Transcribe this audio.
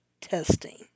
testing